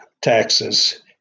taxes